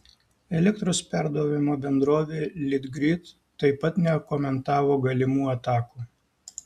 elektros perdavimo bendrovė litgrid taip pat nekomentavo galimų atakų